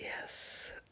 Yes